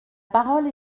parole